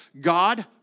God